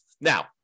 Now